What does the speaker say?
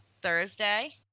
Thursday